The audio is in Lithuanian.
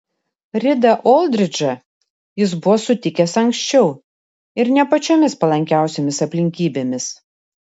ridą oldridžą jis buvo sutikęs anksčiau ir ne pačiomis palankiausiomis aplinkybėmis